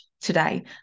today